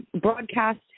broadcast